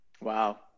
Wow